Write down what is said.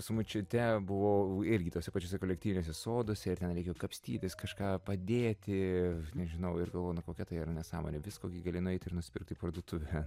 su močiute buvau irgi tuose pačiuose kolektyviniuose soduose ir ten reikėjo kapstytis kažką padėti nežinau ir galvojau nu kokia tai yra nesąmonė visko gali nueit ir nusipirkt į parduotuvę